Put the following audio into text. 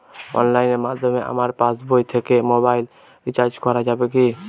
অনলাইনের মাধ্যমে আমার পাসবই থেকে মোবাইল রিচার্জ করা যাবে কি?